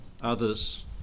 others